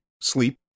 sleep